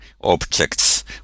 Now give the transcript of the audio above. objects